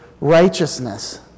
righteousness